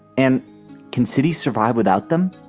and can citi survive without them?